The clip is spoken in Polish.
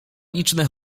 liczne